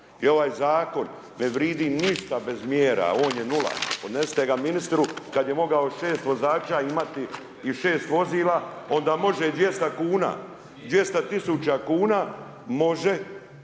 i ovaj zakon ne vrijedi ništa bez mjera, on je nula. Odnesite ga ministru, kada je mogao 6 vozača imati i 6 vozila onda može i 200 kuna, 200 tisuća kuna može